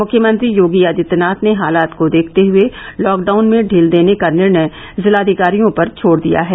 मुख्यमंत्री योगी आदित्यनाथ ने हालात को देखते हुए लॉकडाउन में ढील देने का निर्णय जिलाधिकारियों पर छोड़ दिया है